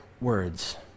words